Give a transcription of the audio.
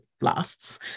lasts